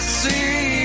see